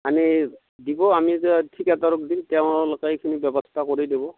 আনি দিব আমি যে দিম তেওঁলোকে এইখিনি ব্যৱস্থা কৰি দিব